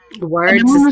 Words